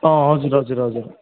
अँ हजुर हजुर हजुर